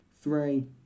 three